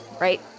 right